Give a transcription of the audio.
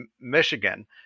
Michigan